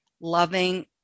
loving